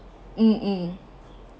mm mm